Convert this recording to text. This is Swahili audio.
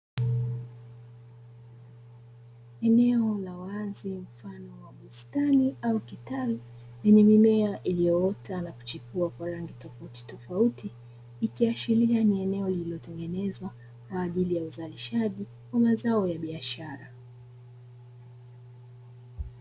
Eneo la wazi mfano wa bustani au kitalu lenye mimea iliyoota na kuchipua kwa rangi tofautitofauti, ikiashiria ni eneo lililotengenezwa kwa ajili ya uzalishaji wa mazao ya biashara.